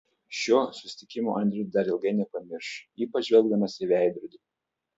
šio susitikimo andrius dar ilgai nepamirš ypač žvelgdamas į veidrodį